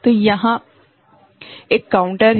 तो वहाँ एक काउंटर है